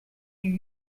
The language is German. die